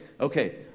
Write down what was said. Okay